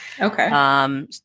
Okay